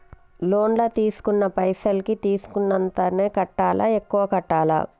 Loan లా తీస్కున్న పైసల్ కి తీస్కున్నంతనే కట్టాలా? ఎక్కువ కట్టాలా?